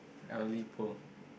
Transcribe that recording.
elderly poor